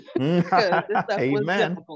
Amen